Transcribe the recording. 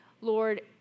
Lord